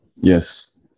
Yes